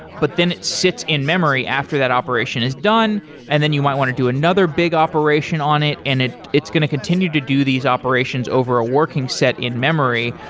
but then it sits in-memory after that operation is done and then you might want to do another big operation on it and it it's going to continue to do these operations over a working set in-memory.